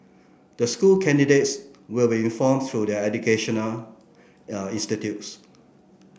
the school candidates will be informed through their educational institutes